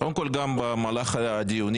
קודם כל גם במהלך הדיונים,